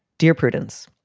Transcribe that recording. dear prudence,